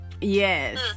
Yes